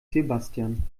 sebastian